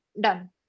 done